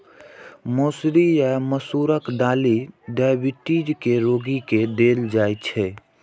मौसरी या मसूरक दालि डाइबिटीज के रोगी के देल जाइ छै